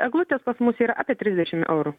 eglutės pas mus yra apie trisdešimt eurų